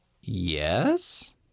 Yes